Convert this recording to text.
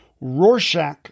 Rorschach